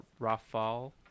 Rafal